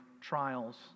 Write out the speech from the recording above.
trials